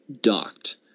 docked